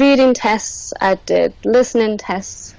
reading tests, i did listening tests,